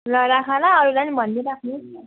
ल राख ल अरूलाई पनि भनिदिइराख्नु